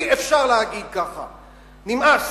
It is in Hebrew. נמאס.